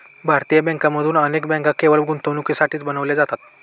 भारतीय बँकांमधून अनेक बँका केवळ गुंतवणुकीसाठीच बनविल्या जातात